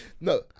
No